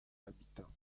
habitants